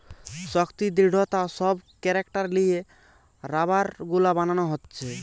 শক্তি, দৃঢ়তা সব ক্যারেক্টার লিয়ে রাবার গুলা বানানা হচ্ছে